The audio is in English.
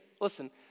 Listen